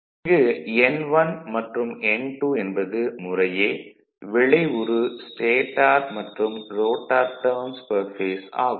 இங்கு N1 மற்றும் N2 என்பது முறையே விளைவுறு ஸ்டேடார் மற்றும் ரோட்டார் டர்ன்ஸ் பெர் பேஸ் ஆகும்